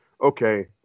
Okay